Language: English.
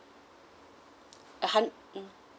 uh hun~ mm